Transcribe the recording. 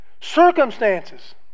Circumstances